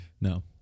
No